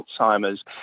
Alzheimer's